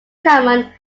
common